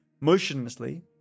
motionlessly